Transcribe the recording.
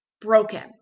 broken